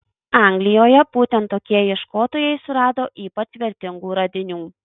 anglijoje būtent tokie ieškotojai surado ypač vertingų radinių